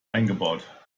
eingebaut